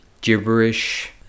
gibberish